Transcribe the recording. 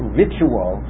ritual